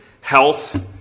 health